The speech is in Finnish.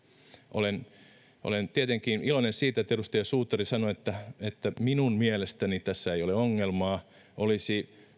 olen olen tietenkin iloinen siitä että edustaja suutari sanoi että minun mielestäni tässä ei ole ongelmaa olisi